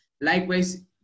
Likewise